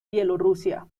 bielorrusia